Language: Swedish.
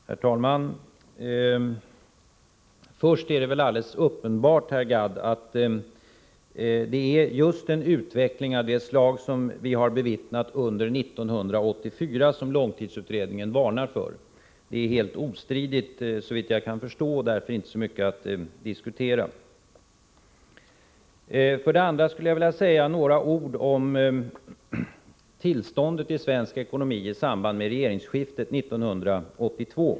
Herr talman! För det första är det alldeles uppenbart, herr Gadd, att det är just en utveckling av det slag som vi har bevittnat under 1984 som långtidsutredningen varnar för. Det är helt ostridigt, såvitt jag kan förstå, och därför inte så mycket att diskutera. För det andra skulle jag vilja säga några ord om tillståndet i svensk ekonomi i samband med regeringsskiftet 1982.